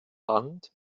wand